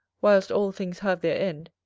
whilst all things have their end,